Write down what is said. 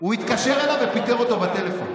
הוא התקשר אליו ופיטר אותו בטלפון.